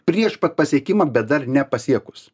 prieš pat pasiekimą bet dar nepasiekus